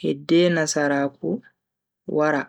hidde nasaraaku wara.